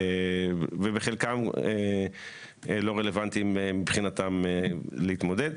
ובחלקם לא רלוונטי מבחינתם להתמודד.